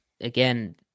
again